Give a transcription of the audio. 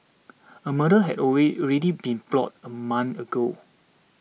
a murder had away already been plotted a month ago